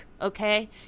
Okay